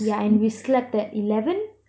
yeah and we slept at eleven